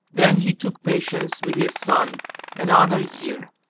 then he took patience with his son another year,